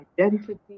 identity